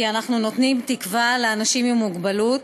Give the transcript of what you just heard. כי אנחנו נותנים תקווה לאנשים עם מוגבלות,